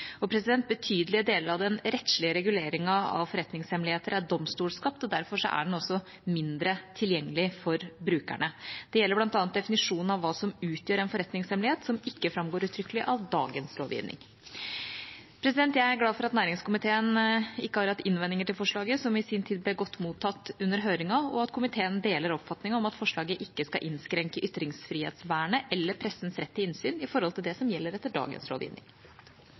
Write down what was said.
eller forretningsideer. Betydelige deler av den rettslige reguleringen av forretningshemmeligheter er domstolskapt, derfor er den også mindre tilgjengelig for brukerne. Det gjelder bl.a. definisjonen av hva som utgjør en forretningshemmelighet, noe som ikke framgår uttrykkelig av dagens lovgivning. Jeg er glad for at næringskomiteen ikke har hatt innvendinger mot forslaget, som i sin tid ble godt mottatt under høringen, og at komiteen deler oppfatningen om at forslaget ikke skal innskrenke ytringsfrihetsvernet eller pressens rett til innsyn i forhold til det som gjelder etter dagens lovgivning.